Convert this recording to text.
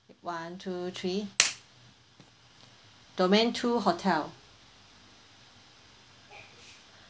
one two three domain two hotel